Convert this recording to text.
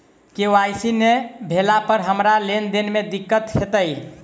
KYC नै भेला पर हमरा लेन देन मे दिक्कत होइत?